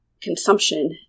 consumption